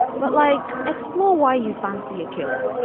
but like explore why you fancy a killer.